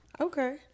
okay